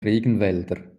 regenwälder